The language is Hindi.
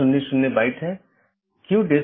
दूसरा BGP कनेक्शन बनाए रख रहा है